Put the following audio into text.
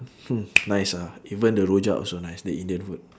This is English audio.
hmm nice ah even the rojak also nice the indian food